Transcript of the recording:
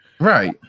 Right